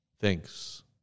Thanks